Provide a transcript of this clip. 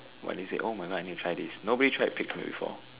what is it oh my god I need to try this nobody tried pig's milk before